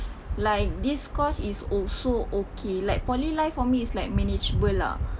like this course is also okay like poly life for me is like manageable lah